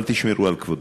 אבל תשמרו על כבודם.